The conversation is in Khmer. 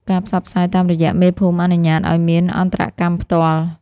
ការផ្សព្វផ្សាយតាមរយៈមេភូមិអនុញ្ញាតឱ្យមានអន្តរកម្មផ្ទាល់។